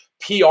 PR